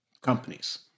companies